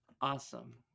Awesome